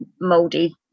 moldy